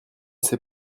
sait